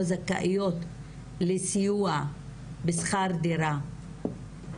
או זכאיות לסיוע בשכר דירה,